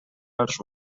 els